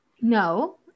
No